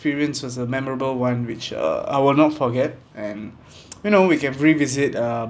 ~perience was a memorable one which uh I will not forget and you know we can revisit uh